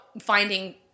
finding